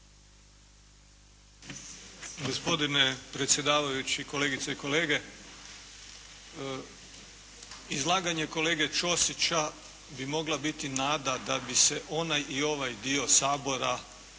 Gospodine predsjedavajući, kolegice i kolege! Izlaganje kolege Ćosića bi mogla biti nada da bi se ovaj i onaj dio Sabora